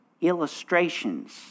illustrations